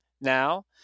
Now